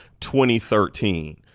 2013